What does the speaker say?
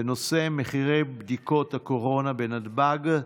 בנושא: מחירי בדיקות הקורונה בנתב"ג.